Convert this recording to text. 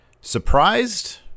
surprised